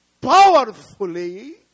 powerfully